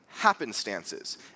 happenstances